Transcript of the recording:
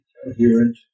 coherent